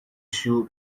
شیوع